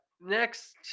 Next